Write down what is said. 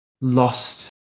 lost